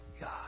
God